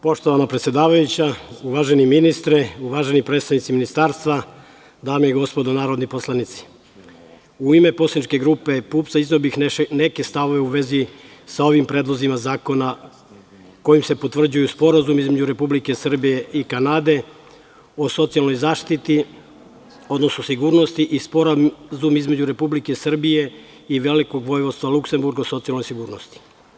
Poštovana predsedavajuća, uvaženi ministre, uvaženi predstavnici ministarstva, dame i gospodo narodni poslanici, u ime poslaničke grupe PUPS izneo bih neke stavove u vezi sa ovim predlozima zakona kojim se potvrđuju sporazumi između Republike Srbije i Kanade o socijalnoj zaštiti, odnosno sigurnosti i Sporazum između Republike Srbije i Velikog Vojvodstva Luksemburg o socijalnoj sigurnosti.